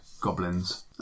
goblins